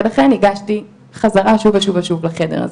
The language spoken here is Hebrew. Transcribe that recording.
ולכן ניגשתי חזרה שוב ושוב לחדר הזה.